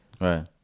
Right